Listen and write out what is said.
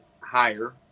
higher